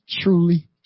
truly